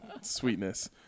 sweetness